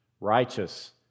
righteous